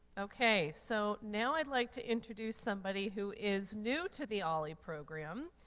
okay, so now i'd like to introduce somebody who is new to the olli program.